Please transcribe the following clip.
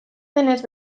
denez